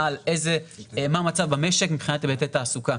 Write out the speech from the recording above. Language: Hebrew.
על מה המצב במשק מבחינת היבטי תעסוקה.